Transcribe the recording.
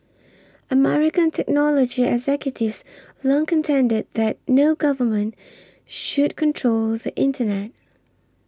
American technology executives long contended that no government should control the internet